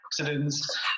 accidents